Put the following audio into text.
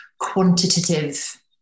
quantitative